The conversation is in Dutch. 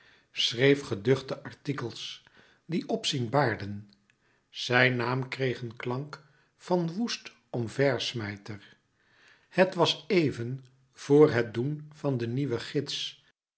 schreef geduchte artikels die opzien baarden zijn naam kreeg een klank van woest omversmijter het was even vor het doen van de nieuwe gids